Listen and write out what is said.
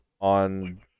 on